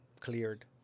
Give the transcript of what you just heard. cleared